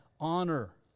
honor